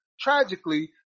tragically